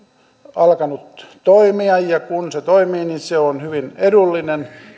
alkanut toimia ja kun se toimii niin se on hyvin edullinen